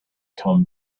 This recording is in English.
come